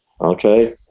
Okay